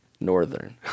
Northern